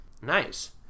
nice